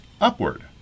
upward